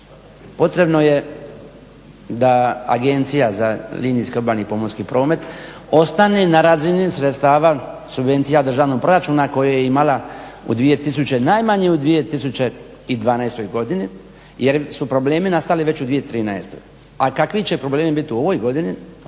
potrebno je da Agencija za linijski obalni i pomorski promet ostane na razini sredstava subvencija državnog proračuna koji je imala najmanje u 2012. godini jer su problemi nastali već u 2013., a kakvi će problemi biti u ovoj godini,